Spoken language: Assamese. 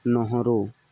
নহৰু